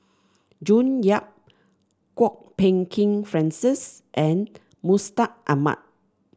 June Yap Kwok Peng Kin Francis and Mustaq Ahmad